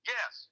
Yes